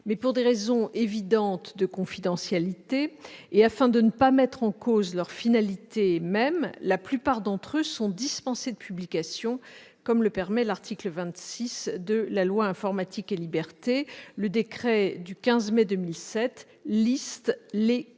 pour des raisons évidentes de confidentialité, et afin de ne pas mettre en cause leur finalité même, la plupart de ces décrets sont dispensés de publication, comme l'autorise l'article 26 de la loi Informatique et libertés. Le décret du 15 mai 2007 liste les quatorze